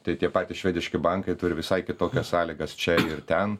tai tie patys švediški bankai turi visai kitokias sąlygas čia ir ten